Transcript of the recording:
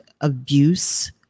abuse